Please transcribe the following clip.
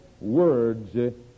words